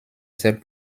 ses